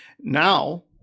now